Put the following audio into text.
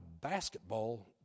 basketball